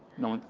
no one.